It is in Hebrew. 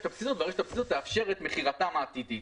הבסיסית הזאת והיא שתאפשר את מכירתם העתידית.